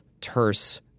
terse